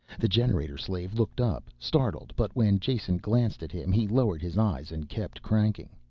the generator slave looked up, startled, but when jason glanced at him he lowered his eyes and kept cranking.